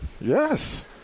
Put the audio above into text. Yes